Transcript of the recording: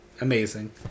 Amazing